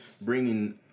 bringing